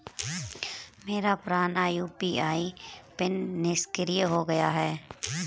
मेरा पुराना UPI PIN निष्क्रिय हो गया है